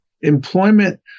Employment